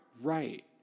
right